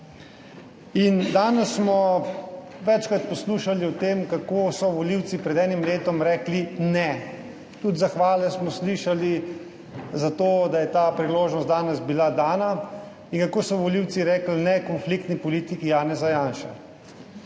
Danes smo večkrat poslušali o tem, kako so volivci pred enim letom rekli ne. Tudi zahvale smo slišali za to, da je ta priložnost danes bila dana, in kako so volivci rekli ne konfliktni politiki Janeza Janše.